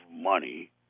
money